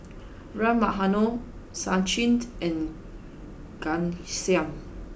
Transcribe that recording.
Ram Manohar Sachin and Ghanshyam